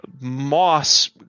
moss